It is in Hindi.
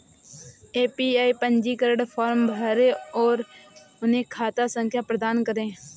ए.पी.वाई पंजीकरण फॉर्म भरें और उन्हें खाता संख्या प्रदान करें